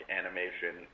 animation